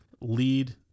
lead